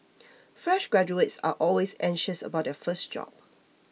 fresh graduates are always anxious about their first job